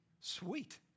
Sweet